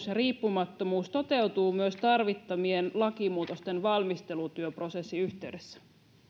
ja riippumattomuus toteutuvat myös tarvittavien lakimuutosten valmistelutyöprosessin yhteydessä